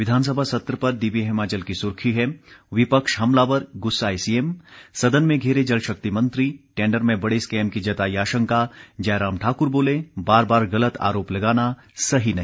विधानसभा सत्र पर दिव्य हिमाचल की सुर्खी है विपक्ष हमलावर गुस्साए सीएम सदन में घेरे जल शक्ति मंत्री टेंडर में बड़े स्कैम की जताई आशंका जयराम ठाकुर बोले बार बार गलत आरोप लगाना सही नहीं